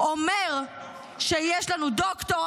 אומר שיש לנו --- דוקטור?